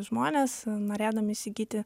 žmonės norėdami įsigyti